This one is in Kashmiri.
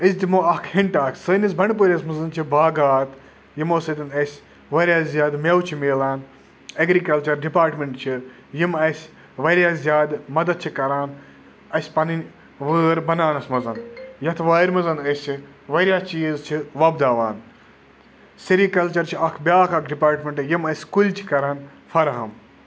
أسۍ دِمو اَکھ ہِنٛٹ اَکھ سٲنِس بَنٛڈٕپوٗرِس منٛز چھِ باغات یِمو سۭتۍ اَسہِ واریاہ زیادٕ مٮ۪وٕ چھِ مِلان اٮ۪گرِکَلچَر ڈِپاٹمٮ۪نٛٹ چھِ یِم اَسہِ واریاہ زیادٕ مَدتھ چھِ کَران اَسہِ پَنٕنۍ وٲر بَناونَس منٛز یَتھ وارِ منٛز أسۍ واریاہ چیٖز چھِ وۄپداوان سیٚرِکَلچَر چھِ اَکھ بیٛاکھ اَکھ ڈِپاٹمٮ۪نٛٹ یِم اَسہِ کُلۍ چھِ کَران فرہَم